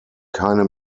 keine